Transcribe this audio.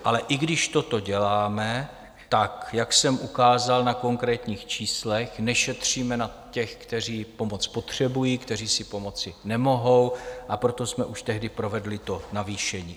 Ale i když toto děláme, tak jak jsem ukázal na konkrétních číslech, nešetříme na těch, kteří pomoc potřebují, kteří si pomoci nemohou, a proto jsme už tehdy provedli to navýšení.